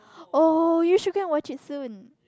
oh you should go and watch it soon